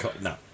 No